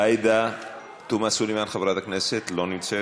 עאידה תומא סלימאן, חברת הכנסת, לא נמצאת,